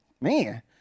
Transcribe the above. man